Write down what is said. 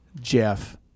Jeff